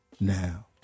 now